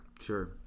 Sure